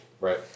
Right